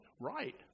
Right